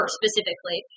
specifically